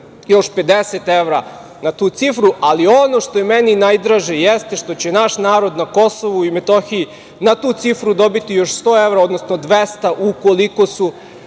još 50 evra na tu cifru, ali ono što je meni najdraže jeste što će naš narod na Kosovu i Metohiji na tu cifru dobiti još 100 evra, odnosno 200 ukoliko su